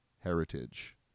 heritage